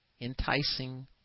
enticing